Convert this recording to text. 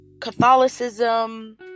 Catholicism